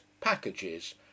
packages